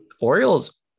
Orioles